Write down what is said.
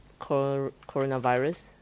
coronavirus